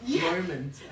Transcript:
moment